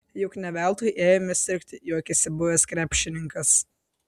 juk ne veltui ėjome sirgti juokėsi buvęs krepšininkas